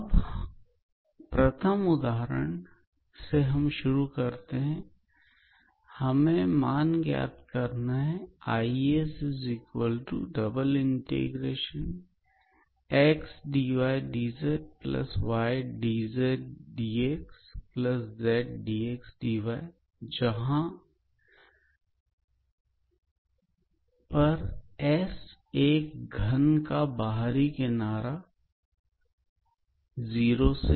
हम प्रथम उदाहरण से शुरू करते हैं हमें मान ज्ञात करना है 𝐼𝑠∬𝑥𝑑𝑦𝑑𝑧𝑦𝑑𝑧𝑑𝑥𝑧𝑑𝑥𝑑𝑦 का जहां पर S एक घन0𝑎×0𝑎×0𝑎 का बाहरी किनारा है